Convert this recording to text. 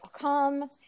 come